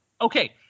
okay –